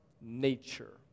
nature